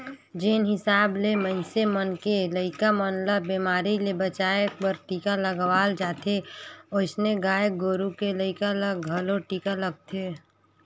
जेन हिसाब ले मनइसे मन के लइका मन ल बेमारी ले बचाय बर टीका लगवाल जाथे ओइसने गाय गोरु के लइका ल घलो टीका लगथे